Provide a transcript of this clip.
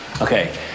Okay